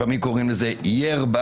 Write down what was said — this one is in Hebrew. לפעמים קוראים לזה ירבה.